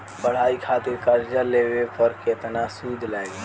पढ़ाई खातिर कर्जा लेवे पर केतना सूद लागी?